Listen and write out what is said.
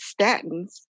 statins